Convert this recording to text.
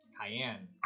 cayenne